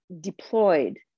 deployed